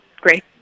Great